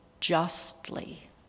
justly